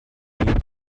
need